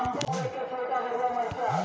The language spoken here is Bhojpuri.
लकड़ी के सामान बनावे में चीन के बड़ हिस्सा बा